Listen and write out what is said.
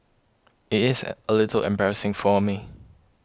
it is a little embarrassing for me